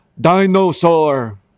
DINOSAUR